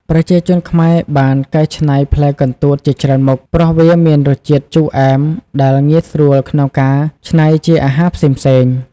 ប្រជាជនខ្មែរបានកែច្នៃផ្លែកន្ទួតជាច្រើនមុខ ព្រោះវាមានរសជាតិជូរអែមដែលងាយស្រួលក្នុងការច្នៃជាអាហារផ្សេងៗ។